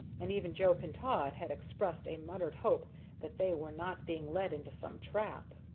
and even joe pintaud had expressed a muttered hope that they were not being led into some trap.